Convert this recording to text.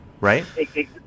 right